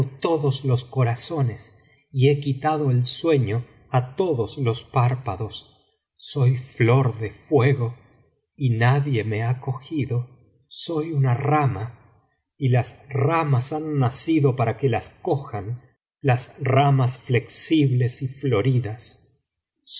todos los corazones y he quitado el sueño á todos los párpados soy flor de fuego y nadie me ha cogido soy tma rama y las ramas han nacido para que las cojan las ramas flexibles y floridas